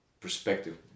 perspective